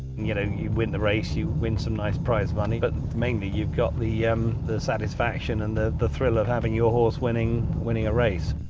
you know, you win the race, you win some nice prize money but mainly you've got the um the satisfaction and the the thrill of having your horse winning a race.